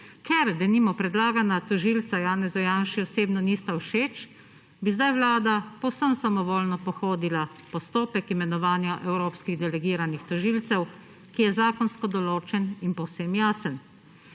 ker denimo, predlagana tožilca Janezu Janši osebno nista všeč, bi zdaj Vlada povsem samovoljno pohodila postopek imenovanja evropskih delegiranih tožilcev, ki je zakonsko določen in povsem jasen.